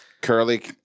Curly